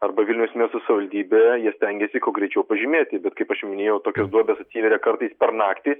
arba vilniaus miesto savivaldybė jie stengiasi kuo greičiau pažymėti ir kaip aš jau minėjau tokios duobės atsiveria kartais per naktį